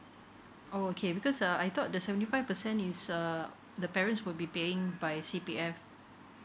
oh okay because uh I thought the seventy five percent is uh the parents will be paying by C_P_F